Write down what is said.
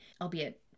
albeit